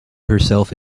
herself